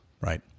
right